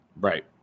Right